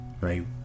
right